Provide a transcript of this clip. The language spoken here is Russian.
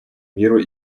миру